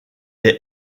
est